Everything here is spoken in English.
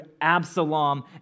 Absalom